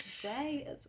today